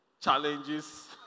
challenges